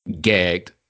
gagged